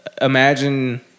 Imagine